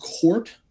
court